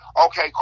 okay